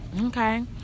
Okay